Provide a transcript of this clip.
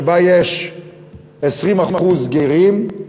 שבה יש 20% גרים,